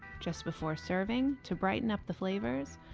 just before serving, to brighten up the flavors,